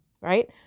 Right